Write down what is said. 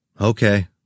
Okay